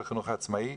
של החינוך העצמאי,